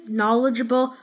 knowledgeable